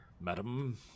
Madam